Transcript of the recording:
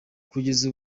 kugeza